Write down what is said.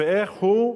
ואיך הוא,